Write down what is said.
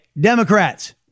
Democrats